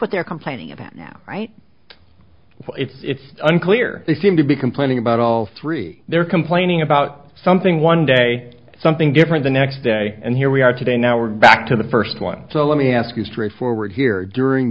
what they're complaining about now right it's unclear they seem to be complaining about all three they're complaining about something one day something different the next day and here we are today now we're back to the first one so let me ask you straight forward here during